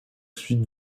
suite